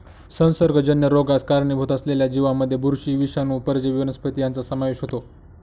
संसर्गजन्य रोगास कारणीभूत असलेल्या जीवांमध्ये बुरशी, विषाणू, परजीवी वनस्पती यांचा समावेश होतो